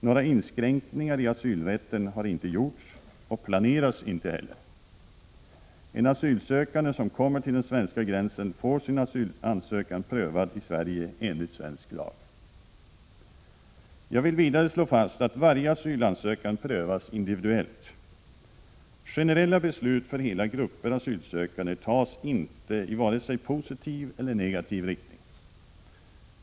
Några inskränkningar i asylrätten har inte gjorts och planeras inte heller. En asylsökande som kommer till den svenska gränsen får sin asylansökan prövad i Sverige enligt svensk lag. Jag vill vidare slå fast att varje asylansökan prövas individuellt. Generella beslut för hela grupper asylsökande tas inte i vare sig positiv eller negativ riktning.